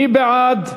מי בעד?